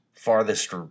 farthest